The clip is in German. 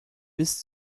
bis